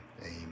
Amen